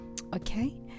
okay